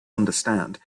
understand